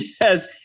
yes